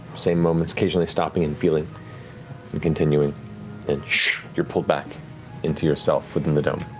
same moments occasionally stopping and feeling and continuing and you're pulled back into yourself within the dome.